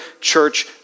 church